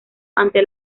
ante